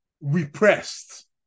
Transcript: repressed